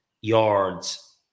yards